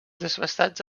desbastats